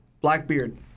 Blackbeard